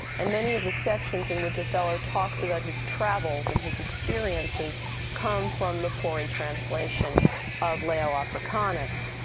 and many of the sections in which othello talks about his travels and his experiences come from the pory translation of leo africanus.